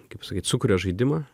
kaip sakyt sukuria žaidimą